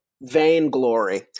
vainglory